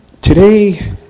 Today